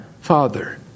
Father